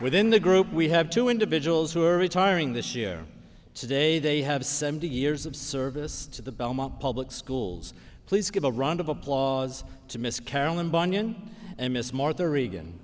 within the group we have two individuals who are retiring this year today they have seventy years of service to the belmont public schools please give a round of applause to miss carolyn bunyan and miss martha regan